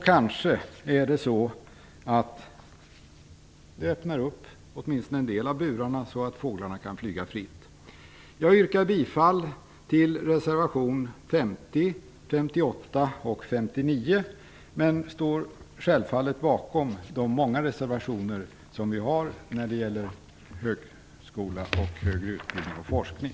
Kanske är det så att det öppnar åtminstone en del av burarna så att fåglarna kan flyga fritt. Jag yrkar bifall till reservationerna 50, 58 och 59, men står självfallet bakom de många reservationer som vi har när det gäller högskola, högre utbildning och forskning.